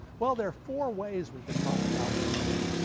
well, there are four ways we can talk about of knowing,